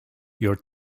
your